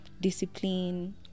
discipline